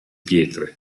pietre